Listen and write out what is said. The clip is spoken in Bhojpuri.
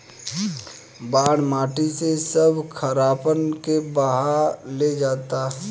बाढ़ माटी से सब खारापन के बहा ले जाता